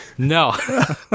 No